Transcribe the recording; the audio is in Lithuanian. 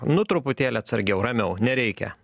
nu truputėlį atsargiau ramiau nereikia